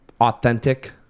authentic